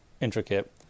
intricate